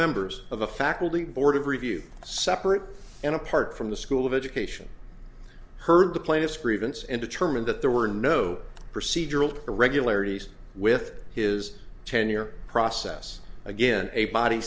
members of a faculty board of review separate and apart from the school of education heard the plaintiff's grievance and determined that there were no procedural irregularities with his tenure process again a body